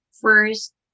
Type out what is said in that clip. first